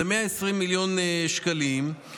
זה 120 מיליון שקלים,